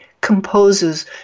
composes